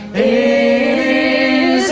a